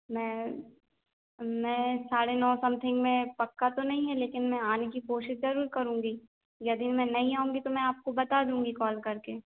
मै मैं साढ़े नौ समथिंग में पक्का तो नहीं है मैं आने की कोशिश ज़रूर करूँगी यदि मैं नहीं आऊँगी तो आपको बात दूँगी काल करके